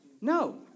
No